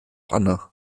anna